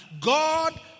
God